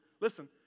listen